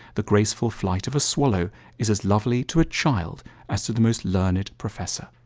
the graceful flight of a swallow is as lovely to a child as to the most learned professor.